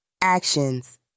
Actions